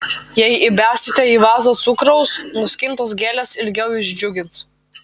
jei įbersite į vazą cukraus nuskintos gėlės ilgiau jus džiugins